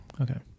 Okay